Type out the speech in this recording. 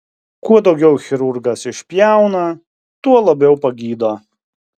kuo daugiau chirurgas išpjauna tuo labiau pagydo